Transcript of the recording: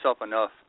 enough